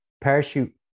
parachute